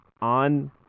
on